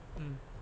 mm